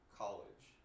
college